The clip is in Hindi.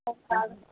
सब साल